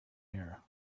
here